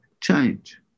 change